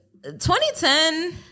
2010